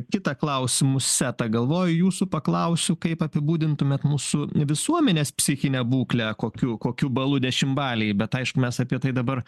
kitą klausimų setą galvoju jūsų paklausiu kaip apibūdintumėt mūsų visuomenės psichinę būklę kokiu kokiu balu dešimtbalėj bet aišku mes apie tai dabar